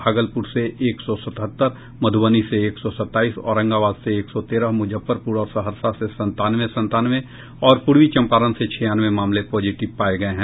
भागलपुर से एक सौ सतहत्तर मधुबनी से एक सौ सत्ताईस औरंगाबाद से एक सौ तेरह मुजफ्फरपुर और सहरसा से संतानवे संतानवे और पूर्वी चंपारण से छियानवे मामले पॉजिटिव पाये गये हैं